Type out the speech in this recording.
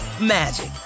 magic